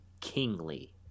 kingly